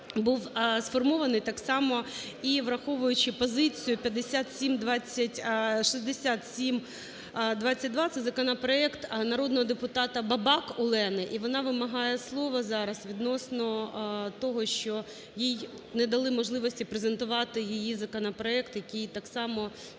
був сформований так само, і, враховуючи позицію 57… 6722 – це законопроект народного депутата Бабак Олени, і вона вимагає слово зараз відносно того, що їй не дали можливості презентувати її законопроект, який так само є